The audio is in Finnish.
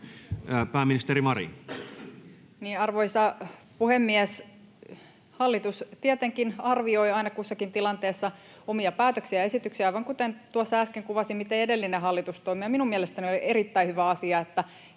Content: Arvoisa puhemies! Hallitus tietenkin arvioi aina kussakin tilanteessa omia päätöksiään ja esityksiään, aivan kuten tuossa äsken kuvasin, miten edellinen hallitus toimi. Minun mielestäni oli erittäin hyvä asia, että